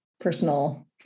personal